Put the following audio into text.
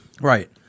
Right